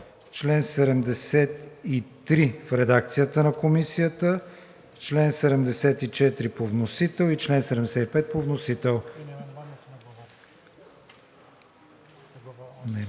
чл. 73 в редакцията на Комисията; чл. 74 по вносител; чл. 75 по вносител;